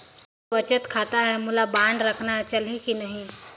मोर बचत खाता है मोला बांड रखना है चलही की नहीं?